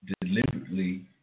deliberately